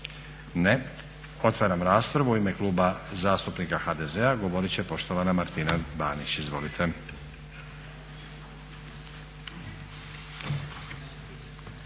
Ne. Otvaram raspravu. U ime Kluba zastupnika HDZ-a govorit će poštovana Martina Banić. Izvolite.